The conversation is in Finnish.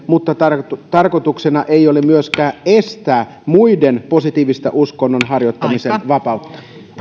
mutta tarkoituksena ei ole myöskään estää muiden positiivisen uskonnonharjoittamisen vapautta